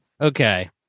okay